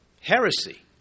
Heresy